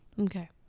Okay